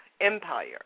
Empire